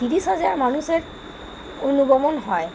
তিরিশ হাজার মানুষের অনুগমন হয়